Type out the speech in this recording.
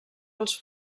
els